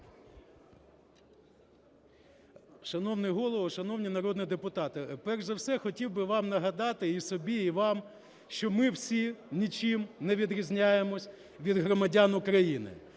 Шановний Голово, шановні народні депутати, перш за все хотів би вам нагадати і собі, і вам, що ми всі нічим не відрізняємося від громадян України.